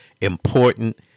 important